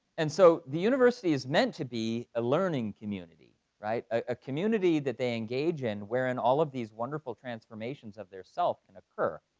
and so the university is meant to be a learning community, right? a community that they engage in wherein all of these wonderful transformations of their self can occur.